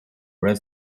red